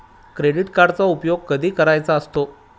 Credit कार्डचा उपयोग कधी करायचा असतो?